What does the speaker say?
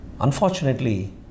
unfortunately